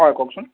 হয় কওকচোন